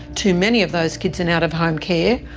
too many of those kids in out-of-home care,